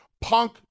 Punk